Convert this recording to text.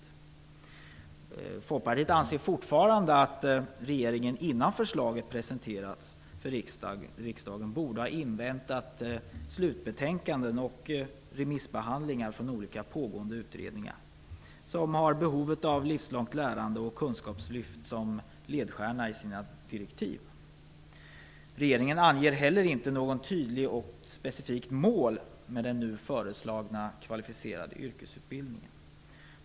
Vi i Folkpartiet anser fortfarande att regeringen innan förslaget presenterades för riksdagen borde ha inväntat slutbetänkanden och remissbehandlingar från olika pågående utredningar som har behov av detta med livslångt lärande och kunskapslyft som ledstjärna i sina direktiv. Regeringen anger inte heller något tydligt och specifikt mål för den nu föreslagna kvalificerade yrkesutbildningen.